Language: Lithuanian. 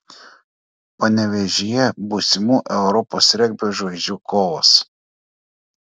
panevėžyje būsimų europos regbio žvaigždžių kovos